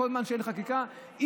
כל זמן שאין חקיקה אי-אפשר,